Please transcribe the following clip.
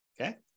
Okay